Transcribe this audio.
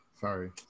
Sorry